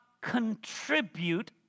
contribute